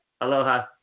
Aloha